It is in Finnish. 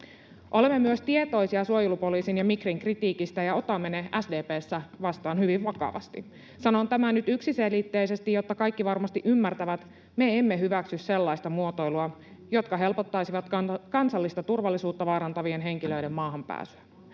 Olemme myös tietoisia suojelupoliisin ja Migrin kritiikistä ja otamme ne SDP:ssä vastaan hyvin vakavasti. Sanon tämän nyt yksiselitteisesti, jotta kaikki varmasti ymmärtävät: Me emme hyväksy sellaista muotoilua, joka helpottaisi kansallista turvallisuutta vaarantavien henkilöiden maahan pääsyä.